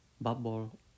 bubble